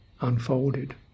unfolded